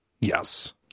Yes